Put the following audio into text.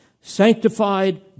sanctified